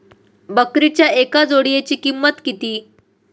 बकरीच्या एका जोडयेची किंमत किती?